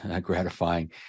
gratifying